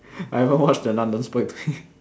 I haven't watch the nun don't spoil to me